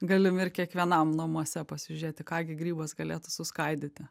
galimi ir kiekvienam namuose pasižiūrėti ką gi grybas galėtų suskaidyti